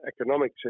economic